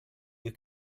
you